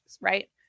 right